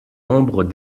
ombres